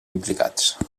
implicats